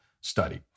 study